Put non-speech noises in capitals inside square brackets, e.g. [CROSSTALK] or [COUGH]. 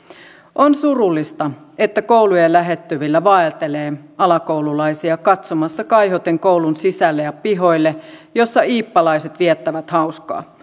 on surullista että koulujen lähettyvillä vaeltelee alakoululaisia katsomassa kaihoten koulun sisälle ja pihoille missä iippalaiset viettävät hauskaa [UNINTELLIGIBLE]